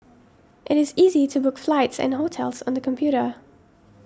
it is easy to book flights and hotels on the computer